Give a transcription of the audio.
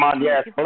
Yes